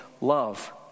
love